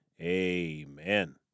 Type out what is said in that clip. amen